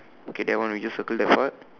okay that one we just circle that part